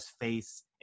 face